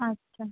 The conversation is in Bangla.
আচ্ছা